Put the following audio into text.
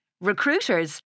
Recruiters